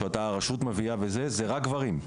שאותה רשות מביאה וכו' זה רק גברים,